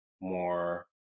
more